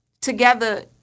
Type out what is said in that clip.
together